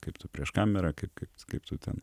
kaip tu prieš kamerą kaip kaip kaip tu ten